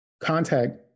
contact